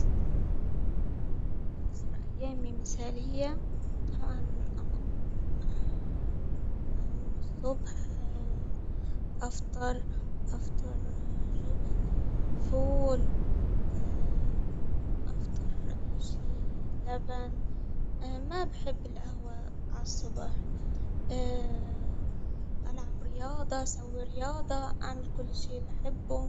أكتر أيامي مثالية عن أأوم الصبح أفطر أفطر جبن، فول أفطر أي شيء لبن ما بحب الأهوة عالصبح ألعب رياضة أسوي رياضة أعمل كل شيء بحبه.